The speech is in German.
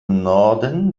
norden